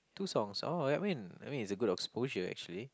two songs oh that mean I mean it's a good exposure actually